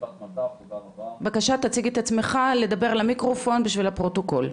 בבקשה תציג את עצמך, בשביל הפרוטוקול.